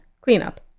Cleanup